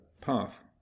path